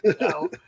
No